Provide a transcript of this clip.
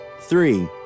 three